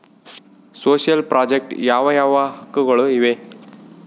Social project ಯಾವ ಯಾವ ಹಕ್ಕುಗಳು ಇವೆ?